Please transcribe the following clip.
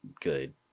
good